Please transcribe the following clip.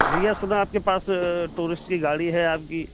भैया सुना आपके पास टूरिस्ट की गाड़ी है आपकी